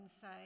say